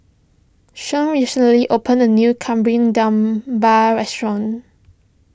Shon recently opened a new Kari Debal restaurant